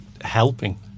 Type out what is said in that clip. helping